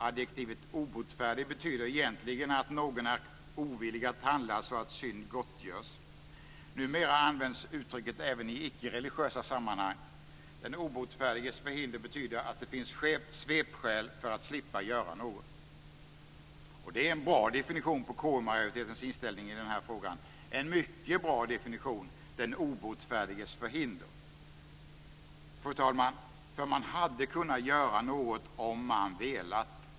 Adjektivet obotfärdig betyder egentligen att någon är ovillig att handla så att synd gottgörs. Numera används uttrycket även i icke-religiösa sammanhang. Den obotfärdiges förhinder betyder att det finns svepskäl för att slippa göra något. Det är en bra definition på KU-majoritetens inställning i denna fråga, en mycket bra definition. Den obotfärdiges förhinder. Fru talman! Man hade kunnat göra något om man velat.